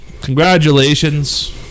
congratulations